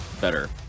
better